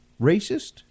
racist